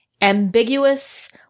ambiguous